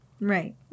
right